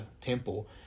temple